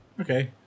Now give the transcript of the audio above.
Okay